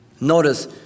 Notice